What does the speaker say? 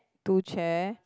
two chair